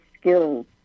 skills